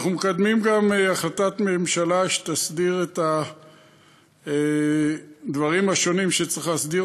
אנחנו מקדמים גם החלטת ממשלה שתסדיר את הדברים השונים שצריך להסדיר,